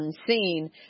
unseen